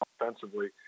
offensively